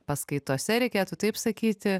paskaitose reikėtų taip sakyti